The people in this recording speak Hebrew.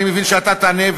אני מבין שאתה תענה,